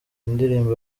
ndirimbo